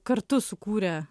kartu sukūrė